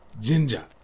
ginger